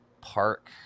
park